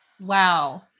Wow